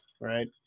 right